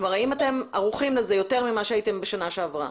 האם אתם ערוכים לזה יותר מכפי שהייתם בשנה שעברה?